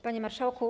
Panie Marszałku!